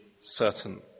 certain